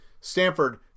Stanford